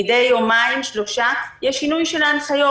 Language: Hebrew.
מדי יומיים, שלושה, יש שינוי של ההנחיות.